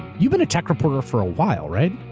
you've been a tech reporter for awhile, right?